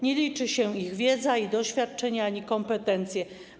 Nie liczy się ich wiedza i doświadczenie ani kompetencje.